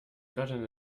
gotten